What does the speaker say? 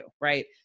right